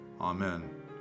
Amen